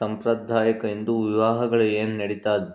ಸಾಂಪ್ರದಾಯಿಕ ಹಿಂದೂ ವಿವಾಹಗಳು ಏನು ನಡೀತಾ